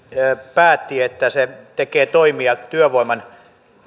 päätti että se tekee toimia työvoiman